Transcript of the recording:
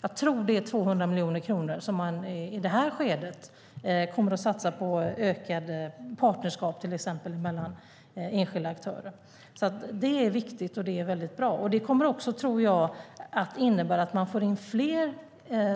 Jag tror att det är 200 miljoner kronor man i det här skedet kommer att satsa på till exempel ökade partnerskap mellan enskilda aktörer. Det är alltså viktigt, och det är väldigt bra. Det kommer också, tror jag, att innebära att man får in fler